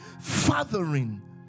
fathering